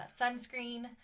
sunscreen